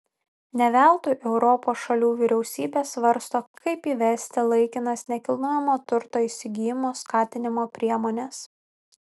ne veltui europos šalių vyriausybės svarsto kaip įvesti laikinas nekilnojamojo turto įsigijimo skatinimo priemones